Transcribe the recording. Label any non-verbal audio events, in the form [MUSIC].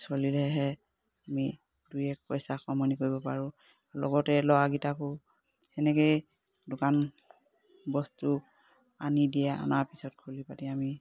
চলিলেহে আমি দুই এক পইচা কমনি কৰিব পাৰোঁ লগতে ল'ৰাকিটাকো সেনেকেই দোকান বস্তু আনি দিয়ে অনাৰ পিছত [UNINTELLIGIBLE] আমি